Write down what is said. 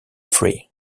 free